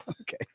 Okay